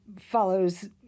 follows